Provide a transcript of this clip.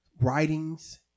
writings